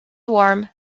warm